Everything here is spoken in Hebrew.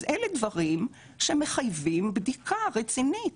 אלה דברים שמחייבים בבדיקה רצינית.